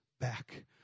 back